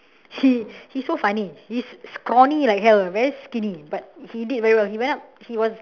he he so funny he scrawny like hell very skinny but he did very well he went up he was